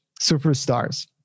superstars